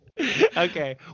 Okay